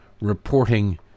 reporting